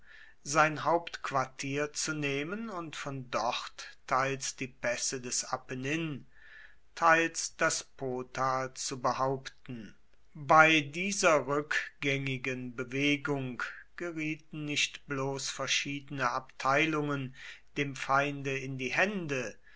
sein hauptquartier zu nehmen und von dort teils die pässe des apennin teils das potal zu behaupten bei dieser rückgängigen bewegung gerieten nicht bloß verschiedene abteilungen dem feinde in die hände